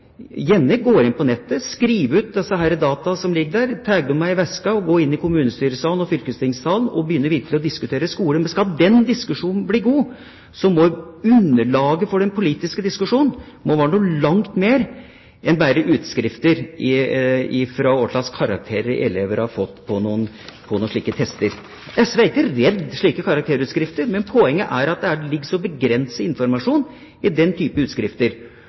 går inn på nettet, skriver ut disse dataene som ligger der, tar dem i veska og går inn i kommunestyresalen og fylkestingssalen og virkelig begynner å diskutere skole. Men skal den diskusjonen bli god, må underlaget for den politiske diskusjonen være noe langt mer enn bare utskrifter av hva slags karakterer elever har fått på noen slike tester. SV er ikke redd slike karakterutskrifter, men poenget er at det ligger så begrenset informasjon i den typen utskrifter.